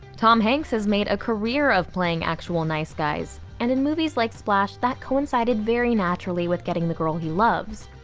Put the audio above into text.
tom hanks has made a career of playing actual nice guys, and in movies like splash, that coincided very naturally with getting the girl he loves.